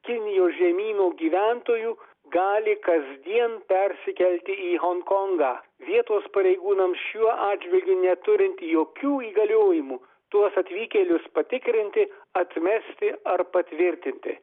kinijos žemynų gyventojų gali kasdien persikelti į honkongą vietos pareigūnams šiuo atžvilgiu neturint jokių įgaliojimų tuos atvykėlius patikrinti atmesti ar patvirtinti